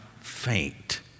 faint